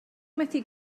methu